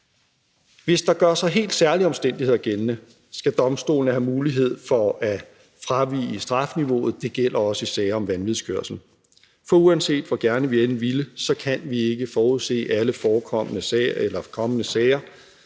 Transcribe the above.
Hvis der gør sig helt særlige omstændigheder gældende, skal domstolene have mulighed for at fravige strafniveauet, og det gælder også i sager om vanvidskørsel. For uanset hvor gerne vi end ville, så kan vi ikke forudse alle kommende sager, og det gælder